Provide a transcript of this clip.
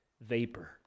vapor